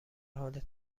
حال